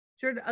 Sure